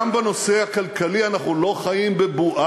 אבל אני כן יכול להגיד שגם בנושא הכלכלי אנחנו לא חיים בבועה.